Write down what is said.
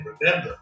remember